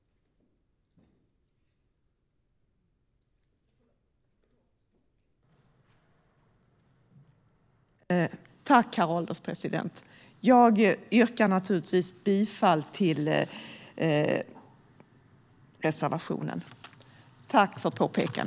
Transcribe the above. Jag yrkar naturligtvis bifall till reservationen.